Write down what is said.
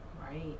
Right